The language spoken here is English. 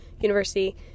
University